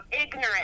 ignorant